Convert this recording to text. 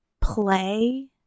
Play